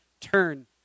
turn